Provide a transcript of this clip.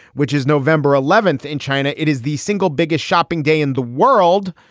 which is november eleventh in china, it is the single biggest shopping day in the world.